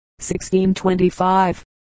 1625